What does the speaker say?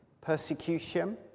persecution